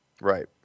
Right